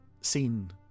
scene